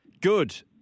Good